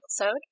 episode